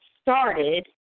started